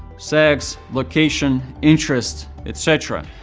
sex, location, interest, et cetera.